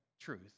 truth